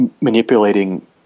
manipulating